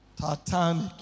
Titanic